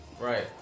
Right